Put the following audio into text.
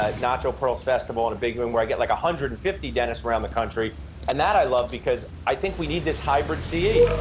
ah nacho pearls festival in a big room where i get like a hundred and fifty dentists around the country and that i love because i think we need this hybrid ce. yeah